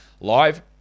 live